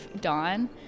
dawn